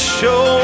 show